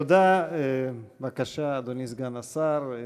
בבקשה, אדוני סגן השר.